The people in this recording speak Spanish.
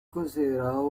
considerado